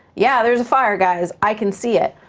yeah, there's a fire guys i can see it,